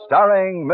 Starring